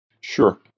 Sure